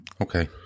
okay